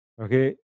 Okay